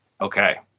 Okay